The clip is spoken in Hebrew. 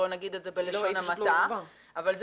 בוא נגיד את זה בלשון המעטה --- לא,